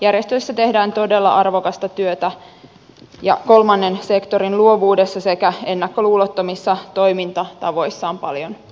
järjestöissä tehdään todella arvokasta työtä ja kolmannen sektorin luovuudessa sekä ennakkoluulottomissa toimintatavoissa on paljon opittavaa